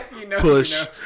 Push